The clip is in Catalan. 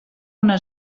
una